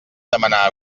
demanar